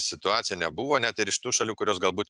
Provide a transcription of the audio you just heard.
situaciją nebuvo net ir iš tų šalių kurios galbūt